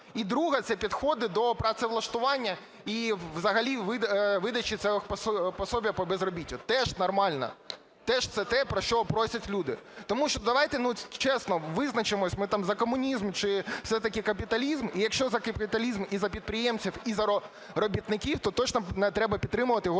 І, друге, це підходи до працевлаштування. І взагалі видача цього пособия по безробіттю, теж нормально. Теж це те, про що просять люди. Тому що давайте, чесно, визначимось, ми там за комунізм, чи все-таки капіталізм. І, якщо за капіталізм і за підприємців, і за робітників, то точно не треба підтримувати його до